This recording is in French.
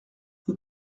vous